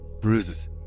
bruises